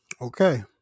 Okay